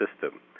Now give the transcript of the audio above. system